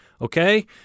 Okay